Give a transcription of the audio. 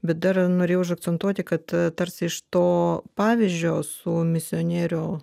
bet dar norėjau užakcentuoti kad tarsi iš to pavyzdžio su misionierių